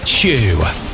Chew